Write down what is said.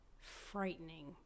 frightening